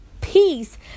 peace